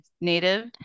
native